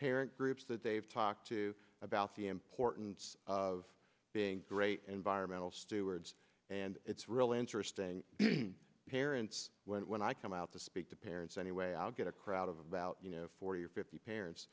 parents groups that they've talked to about the importance of being great environmental stewards and it's really interesting parents when i come out to speak to parents anyway i'll get a crowd of about forty or fifty parents